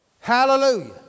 Hallelujah